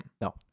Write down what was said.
no